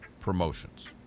promotions